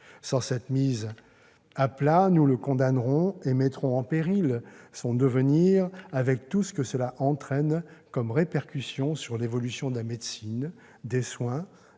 Sans cette mise à plat, nous le condamnerons et mettrons en péril son devenir avec tout ce que cela entraîne comme répercussion sur l'évolution de la médecine, des soins,